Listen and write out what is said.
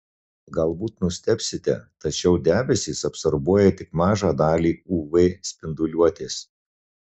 galbūt nustebsite tačiau debesys absorbuoja tik mažą dalį uv spinduliuotės